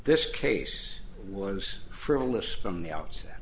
this case was frivolous from the outset